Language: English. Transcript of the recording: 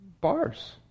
bars